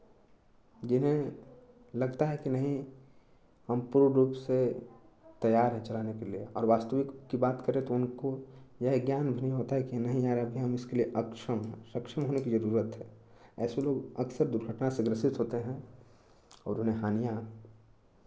जिन्हें लगता है कि नहीं हम पूर्ण रूप से तैयार हैं चलाने के लिए और वास्तविक की बात करें तो उनको यह ज्ञान भी नी होता है कि नहीं यार अभी हम इसके लिए अक्षम हैं सक्षम होने की जरूरत है ऐसे लोग अक्सर दुर्घटना से ग्रसित होते हैं और उन्हें हानियाँ